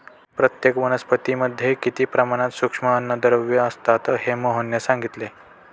प्रत्येक वनस्पतीमध्ये किती प्रमाणात सूक्ष्म अन्नद्रव्ये असतात हे मोहनने सांगितले